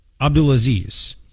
Abdulaziz